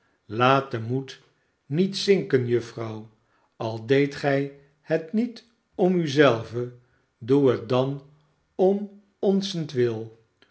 laat den moed niet zinken juffrouw al deedt gij het niet om u zelve doe het dan om onzentwil